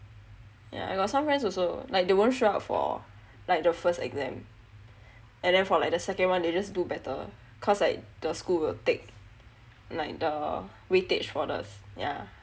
yah I got some friends also like they won't show up for like the first exam and then from like the second [one] they just do better cause like the school will take like the weightage for the yah